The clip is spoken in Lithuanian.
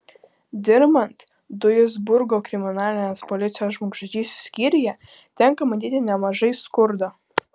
dirbant duisburgo kriminalinės policijos žmogžudysčių skyriuje tenka matyti nemažai skurdo